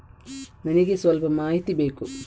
ನನಿಗೆ ಸ್ವಲ್ಪ ಮಾಹಿತಿ ಬೇಕು